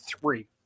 three